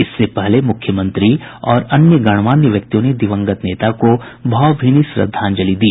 इससे पहले मुख्यमंत्री और अन्य गणमान्य व्यक्तियों ने दिवंगत नेता को भावभीनी श्रद्धांजलि दी